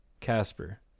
Casper